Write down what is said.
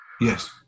Yes